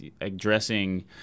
addressing